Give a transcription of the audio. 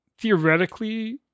theoretically